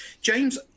James